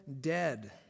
dead